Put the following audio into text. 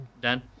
Dan